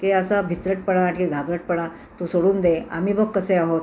की असा भित्रटपणा आणि घाबरटपणा तू सोडून दे आम्ही बघ कसे आहोत